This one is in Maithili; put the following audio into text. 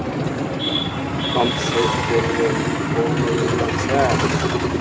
पंप सेट केलेली कोनो योजना छ?